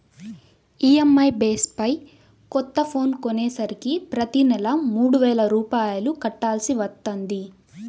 EMI base పై కొత్త phone కొనేసరికి ప్రతి నెలా మూడు వేల రూపాయలు కట్టాల్సి వత్తంది